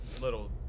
little